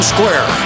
Square